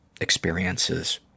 experiences